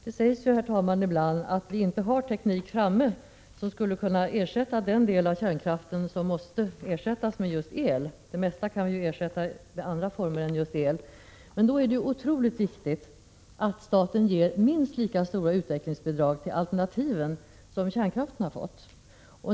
Herr talman! Det sägs ibland att vi inte har teknik framme som skulle kunna ersätta den del av kärnkraften som måste ersättas med just el — det mesta kan vi ju ersätta med andra energiformer än el. Då är det otroligt viktigt att staten ger minst lika stora utvecklingsbidrag till alternativen som kärnkraften har fått.